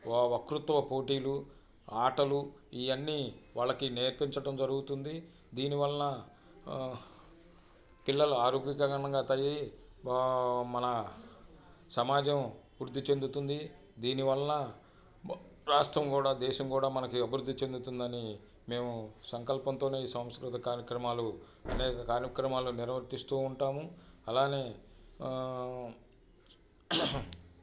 వకృత్వ పోటీలు ఆటలు ఇవన్నీ వాళ్ళకి నేర్పించడం జరుగుతుంది దీనివల్న పిల్లలు ఆరోగ్యకరమంగా తయయ్యి మన సమాజం వృద్ధి చెందుతుంది దీనివల్న రాష్ట్రం కూడా దేశం కూడా మనకి అభివృద్ధి చెందుతుందని మేము సంకల్పంతోనే ఈ సాంస్కృతి కార్యక్రమాలు అనేక కార్యక్రమాలు నిర్వర్తిస్తూ ఉంటాము అలానే